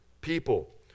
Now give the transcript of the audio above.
people